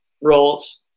roles